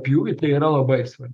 pjūvį tai yra labai svarbu